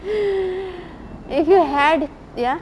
if you had ya